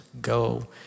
go